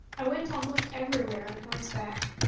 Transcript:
i went almost everywhere on horseback.